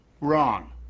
Wrong